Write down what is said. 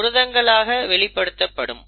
புரதங்களாக வெளிப்படுத்தப்படும்